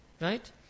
Right